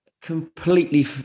completely